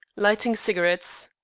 lighting cigarettes.